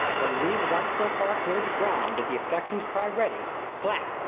when we've once so far cleared the ground that the affections cry ready! slap!